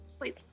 Wait